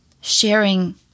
sharing